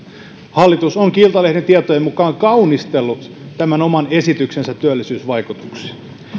hallitus onkin iltalehden tietojen mukaan kaunistellut tämän oman esityksensä työllisyysvaikutuksia